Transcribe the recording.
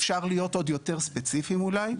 אפשר להיות עוד יותר ספציפיים אולי,